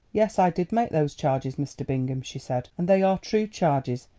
yes, i did make those charges, mr. bingham, she said, and they are true charges.